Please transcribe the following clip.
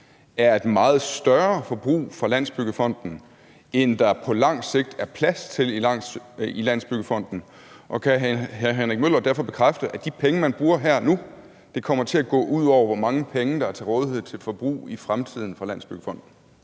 er et meget større forbrug for Landsbyggefonden, end der på lang sigt er plads til i Landsbyggefonden? Og kan hr. Henrik Møller derfor bekræfte, at de penge, man bruger her og nu, kommer til at gå ud over, hvor mange penge der er til rådighed til forbrug i fremtiden for Landsbyggefonden?